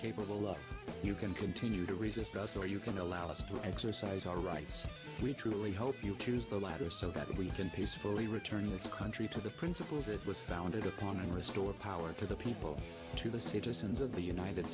capable of you can continue to resist us or you can allow us to exercise our rights we truly hope you choose the latter so that we can peacefully return this country to the principles it was founded upon and restore power to the people to the citizens of the united